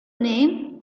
name